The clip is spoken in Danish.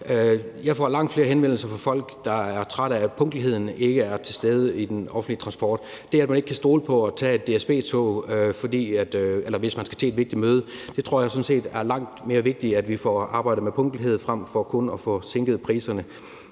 Jeg får langt flere henvendelser fra folk, der er trætte af, at punktligheden ikke er til stede i den offentlige transport. Det, at man ikke kan stole på at kunne tage et DSB-tog, hvis man skal til et vigtigt møde, tror jeg sådan set er langt mere vigtigt at få arbejdet med, altså punktlighed frem for kun at få sænket priserne.